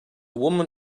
woman